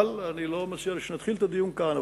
אבל אני לא מציע שנתחיל את הדיון כאן.